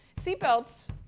Seatbelts